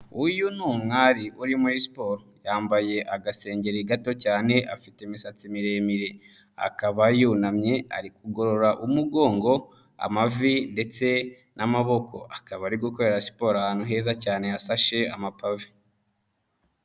Uyu ni umwari uri muri siporo, yambaye agasengengeri gato cyane afite imisatsi miremire akaba yunamye kugorora umugongo, amavi ndetse n'amaboko akaba ari gukorera siporo ahantu heza cyane yasashe amapave.